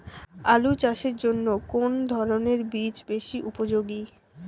আলু চাষের জন্য কোন ধরণের বীজ বেশি উপযোগী?